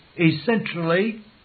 essentially